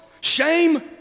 shame